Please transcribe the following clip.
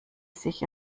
sich